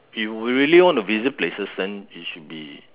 if you really want to visit places then it should be